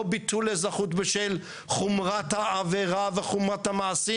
ביטול אזרחות בשל חומרת העבירה וחומרת המעשים.